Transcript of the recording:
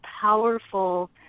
powerful